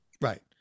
Right